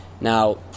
Now